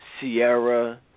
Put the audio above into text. Sierra